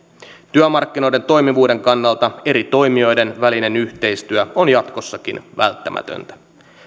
työmarkkinoiden toimivuuden kannalta eri toimijoiden välinen yhteistyö on jatkossakin välttämätöntä